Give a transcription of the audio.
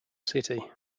city